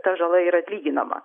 ta žala ir atlyginama